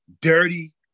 dirty